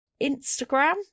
Instagram